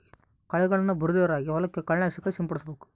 ಕಳೆಗಳನ್ನ ಬರ್ದೆ ಇರೋ ಹಾಗೆ ಹೊಲಕ್ಕೆ ಕಳೆ ನಾಶಕ ಸಿಂಪಡಿಸಬೇಕು